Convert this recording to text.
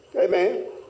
Amen